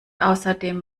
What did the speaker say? außerdem